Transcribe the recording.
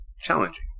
challenging